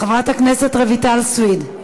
חברת הכנסת רויטל סויד,